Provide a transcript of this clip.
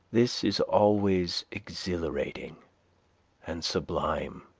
this is always exhilarating and sublime.